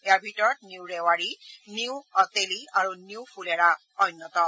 ইয়াৰ ভিতৰত new Rewari new Ateli আৰু new Phulera অন্যতম